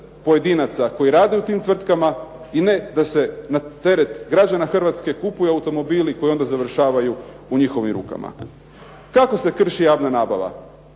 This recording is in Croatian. pojedinaca koji rade u tim tvrtkama i ne da se na teret građana Hrvatske kupuju automobili koji onda završavaju u njihovim rukama. Kako se krši javna nabava?